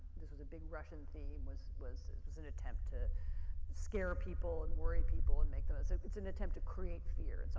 this was a big russian theme was was an attempt to scare people and worry people and make them, so it's an attempt to create fear. and so